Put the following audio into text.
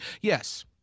yes